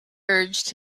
urged